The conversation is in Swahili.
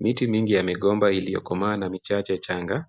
Miti mingi ya migomba iliyokomaa na michache changa,